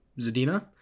Zadina